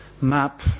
map